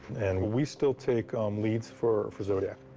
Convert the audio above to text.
and we still take um leads for for zodiac.